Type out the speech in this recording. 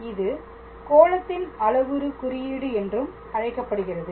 இது கோளத்தின் அளவுரு குறியீடு என்றும் அழைக்கப்படுகிறது